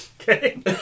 Okay